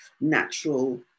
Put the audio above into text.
natural